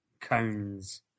cones